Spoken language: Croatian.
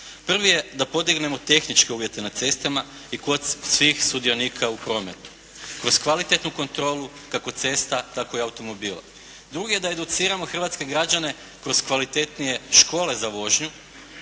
Prvi je da podignemo tehničke uvjete na cestama i kod svih sudionika u prometu, kroz kvalitetnu kontrolu kako cesta tako i automobila. Drugi je da educiramo hrvatske građane kroz kvalitetnije škole za vožnju,